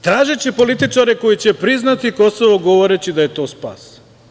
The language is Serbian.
Tražiće političare koji će priznati Kosovo govoreći da je to spas.